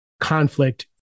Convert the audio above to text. conflict